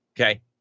Okay